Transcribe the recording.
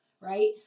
right